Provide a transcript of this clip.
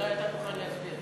אולי אתה תוכל להסביר,